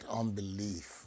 unbelief